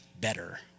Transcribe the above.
better